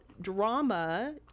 drama